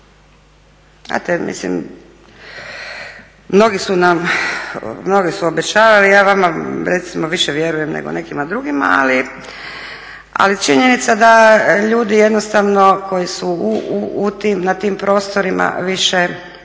nije. Mislim mnogi su obećavali ja vama recimo više vjerujem nego nekima drugima, ali činjenica da ljudi jednostavno koji su na tim prostorima više ničemu